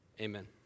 Amen